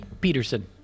Peterson